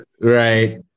Right